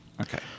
Okay